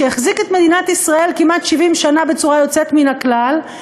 שהחזיק את מדינת ישראל כמעט 70 שנה בצורה יוצאת מן הכלל,